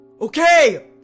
Okay